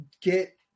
get